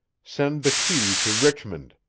send the key to richmond.